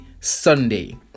Sunday